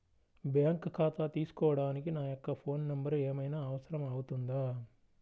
Bank ఖాతా తీసుకోవడానికి నా యొక్క ఫోన్ నెంబర్ ఏమైనా అవసరం అవుతుందా?